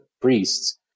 priests